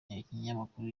ikinyamakuru